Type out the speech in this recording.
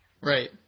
Right